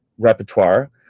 repertoire